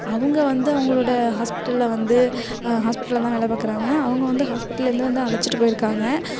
அவங்க வந்து அவங்களோட ஹாஸ்பிட்டலில் வந்து ஹாஸ்பிட்டலில் தான் வேலை பாக்கிறாங்க அவங்க வந்து ஹாஸ்பிட்டலேருந்து வந்து அழைச்சிட்டு போய்ருக்காங்க